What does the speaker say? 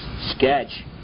sketch